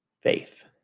faith